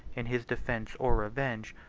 in his defence or revenge,